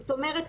זאת אומרת,